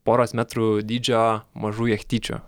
poros metrų dydžio mažų jachtyčių